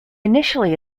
initially